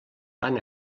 fan